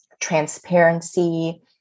transparency